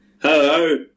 hello